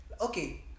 okay